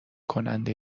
کننده